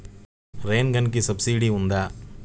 Rain గన్కి సబ్సిడీ ఉందా?